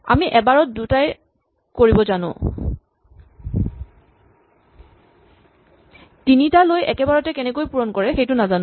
আমি এবাৰত দুটাই কৰিব জানো তিনিটা লৈ একেবাৰতে কেনেকৈ পূৰণ কৰে সেইটো নাজানো